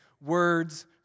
words